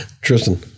Tristan